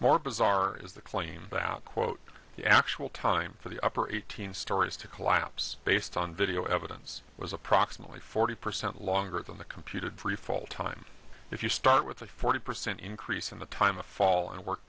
more bizarre is the claim that quote the actual time for the upper eighteen stories to collapse based on video evidence was approximately forty percent longer than the computed freefall time if you start with a forty percent increase in the time of fall and work